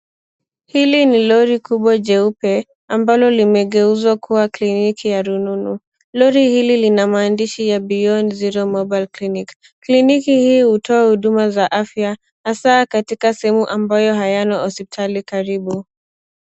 Hili ni lori kubwa jeupe ambalo limegeuzwa kuwa kliniki ya rununu lori hili lina maandishi ya beyond zero mobile clinic kliniki hii hutoa huduma za afya na saa katika sehemu ambayo hayana hospitali karibu.